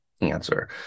answer